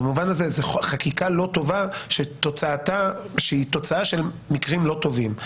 במובן חקיקה לא טובה שהיא תוצאה של מקרים לא טובים.